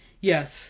Yes